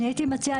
אני מציעה,